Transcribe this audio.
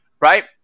right